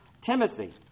Timothy